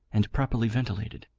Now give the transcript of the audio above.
and properly ventilated.